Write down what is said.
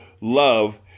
love